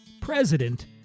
president